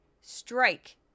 Strike